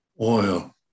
oil